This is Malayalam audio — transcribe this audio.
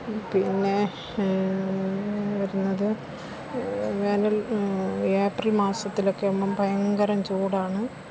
പിന്നെ വരുന്നത് വേനല് ഏപ്രില് മാസത്തിലൊക്കെ എന്നും ഭയങ്കരം ചൂടാണ്